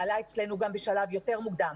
הוא עלה אצלנו גם בשלב יותר מוקדם,